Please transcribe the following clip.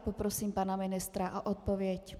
Poprosím pana ministra o odpověď.